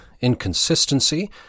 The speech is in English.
inconsistency